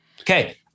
Okay